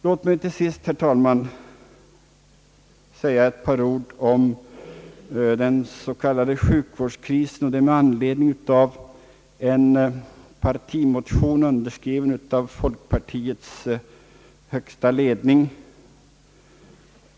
Låt mig till sist, herr talman, säga ett par ord om den s.k. sjukvårdskrisen och det med anledning av en partimotion underskriven av folkpartiets högsta ledning.